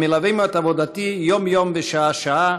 המלווים את עבודתי יום-יום ושעה-שעה,